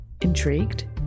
Intrigued